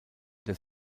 des